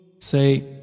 Say